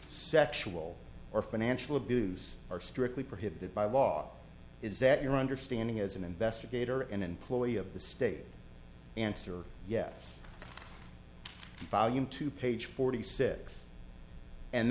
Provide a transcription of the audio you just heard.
sexual or financial abuse are strictly prohibited by law is that your understanding as an investigator an employee of the state answer yes volume two page forty six and